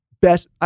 best